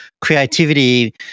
creativity